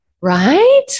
Right